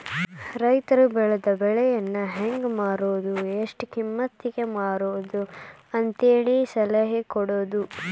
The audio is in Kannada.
ರೈತರು ಬೆಳೆದ ಬೆಳೆಯನ್ನಾ ಹೆಂಗ ಮಾರುದು ಎಷ್ಟ ಕಿಮ್ಮತಿಗೆ ಮಾರುದು ಅಂತೇಳಿ ಸಲಹೆ ಕೊಡುದು